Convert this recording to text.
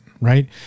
right